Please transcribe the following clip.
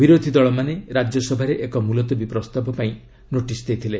ବିରୋଧୀଦଳମାନେ ରାଜ୍ୟସଭାରେ ଏକ ମୁଲତବୀ ପ୍ରସ୍ତାବ ପାଇଁ ନୋଟିସ୍ ଦେଇଥିଲେ